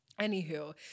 Anywho